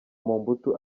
mobutu